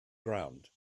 ground